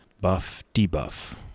buff-debuff